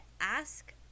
ask